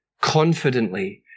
confidently